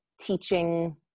teaching